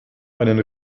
einen